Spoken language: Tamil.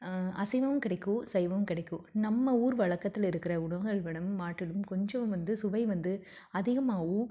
அசைவமும் கிடைக்கும் சைவமும் கிடைக்கும் நம்ம ஊர் வழக்கத்தில் இருக்கிற உணவுகளும் மாற்றலும் கொஞ்சம் வந்து சுவை வந்து அதிகமாகவும்